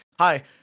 Hi